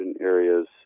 areas